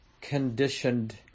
conditioned